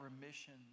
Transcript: remission